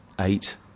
eight